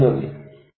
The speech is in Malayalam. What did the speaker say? വളരെ നന്ദി